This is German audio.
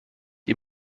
ihr